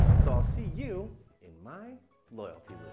so i'll see you in my loyalty